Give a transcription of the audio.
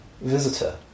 visitor